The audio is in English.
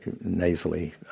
nasally